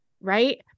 right